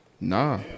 Nah